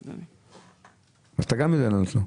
עצמו.